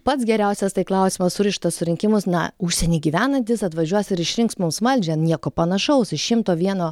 pats geriausias tai klausimas surištas surinkimus na užsieny gyvenantys atvažiuos ir išrinks mums valdžią nieko panašaus iš šimto vieno